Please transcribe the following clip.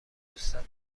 دوستت